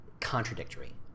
contradictory